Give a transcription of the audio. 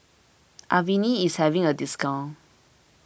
Avene is having a discount